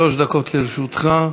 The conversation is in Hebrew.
שלוש דקות לרשותך.